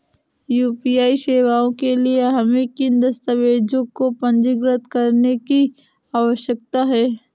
UPI सेवाओं के लिए हमें किन दस्तावेज़ों को पंजीकृत करने की आवश्यकता है?